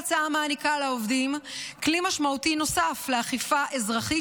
ההצעה מעניקה לעובדים כלי משמעותי נוסף לאכיפה אזרחית,